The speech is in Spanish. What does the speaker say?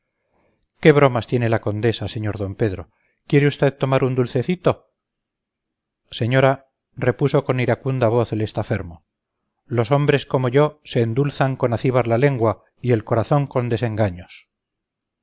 qué bromas tiene la condesa sr d pedro quiere usted tomar un dulcecito señora repuso con iracunda voz el estafermo los hombres como yo se endulzan con acíbar la lengua y el corazón con desengaños